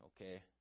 Okay